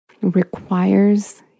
requires